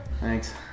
Thanks